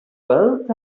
wealth